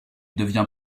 devient